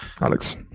Alex